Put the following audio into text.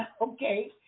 okay